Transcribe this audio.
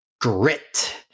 grit